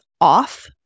off